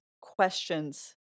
questions